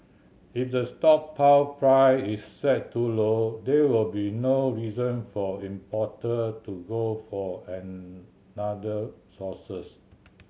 if the stockpile price is set too low there will be no reason for importer to go for another sources